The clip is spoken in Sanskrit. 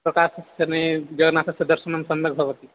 प्रकाशसमये जगन्नाथस्य दर्शनं सम्यक् भवति